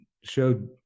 showed